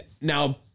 now